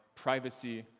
privacy,